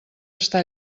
està